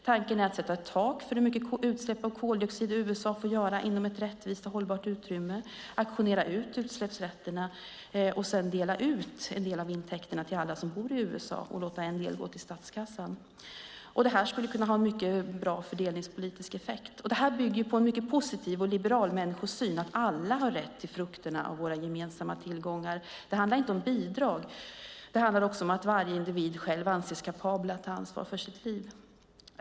Tanken är att sätta tak för hur mycket utsläpp av koldioxid USA får göra inom ett rättvist och hållbart utrymme, auktionera ut utsläppsrätterna och sedan dela ut en del av intäkterna till alla som bor i USA och låta en del gå till statskassan. Det skulle kunna ha en mycket bra fördelningspolitisk effekt. Det bygger på en mycket positiv och liberal människosyn om att alla har rätt till frukterna av våra gemensamma tillgångar. Det handlar inte om bidrag. Det handlar om att varje individ själv anses kapabel att ta ansvar för sitt liv.